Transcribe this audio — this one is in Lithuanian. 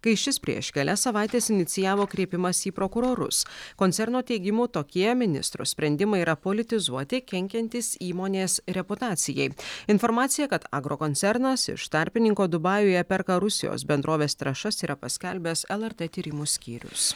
kai šis prieš kelias savaites inicijavo kreipimąsi į prokurorus koncerno teigimu tokie ministro sprendimai yra politizuoti kenkiantys įmonės reputacijai informaciją kad agrokoncernas iš tarpininko dubajuje perka rusijos bendrovės trąšas yra paskelbęs lrt tyrimų skyrius